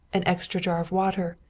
an extra jar of water,